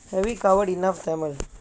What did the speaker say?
have we covered enough tamil